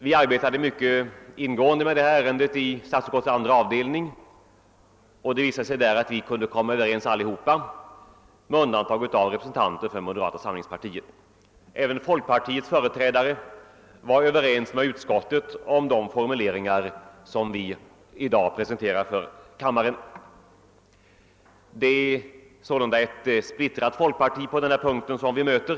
Vi arbetade mycket ingående med detta ärende inom statsutskottets andra avdelning, och det visade sig därvid att vi alla med undantag för moderata samlingspartiets representanter kunde bli överens. Även folkpartiets företrädare var ense med utskottsmajoriteten om de formuleringar, som vi i dag presenterar för kammaren. Det är sålunda ett på denna punkt splittrat folkparti som vi möter.